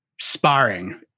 sparring